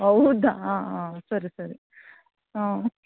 ಹೌದಾ ಹಾಂ ಸರಿ ಸರಿ ಹಾಂ